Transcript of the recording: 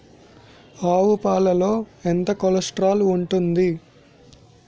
ఆవు పాలలో ఎంత కొలెస్ట్రాల్ ఉంటుంది?